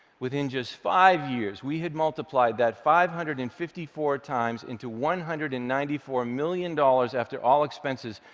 within just five years, we had multiplied that five hundred and fifty four times, into one hundred and ninety four million dollars after all expenses,